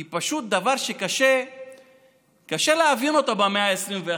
היא פשוט דבר שקשה להבין אותו במאה ה-21.